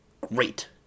Great